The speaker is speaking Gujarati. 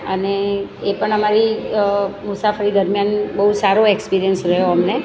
અને એ પણ અમારી મુસાફરી દરમ્યાન બહુ સારો એક્સપીરયન્સ રહ્યો અમને